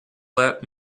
let